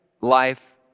life